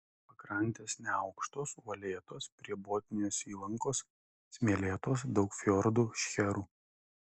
pakrantės neaukštos uolėtos prie botnijos įlankos smėlėtos daug fjordų šcherų